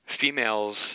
Females